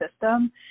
system